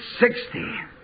sixty